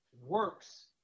works